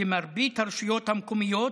ובמרבית הרשויות המקומיות,